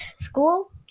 school